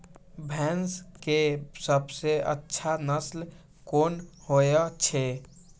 भैंस के सबसे अच्छा नस्ल कोन होय छे?